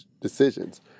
decisions